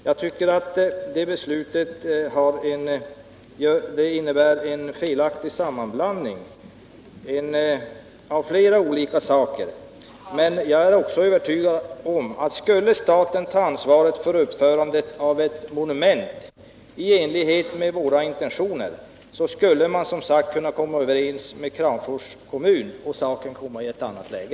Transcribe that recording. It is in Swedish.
Jag tycker att det innebär en felaktig sammanblandning av flera olika saker. Jag är övertygad om att skulle staten ta ansvar för uppförandet av ett monument i enlighet med våra intentioner, så skulle man kunna komma överens med Kramfors kommun och saken komma i ett annat läge.